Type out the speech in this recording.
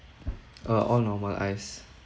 uh all normal ice